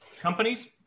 companies